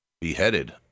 Beheaded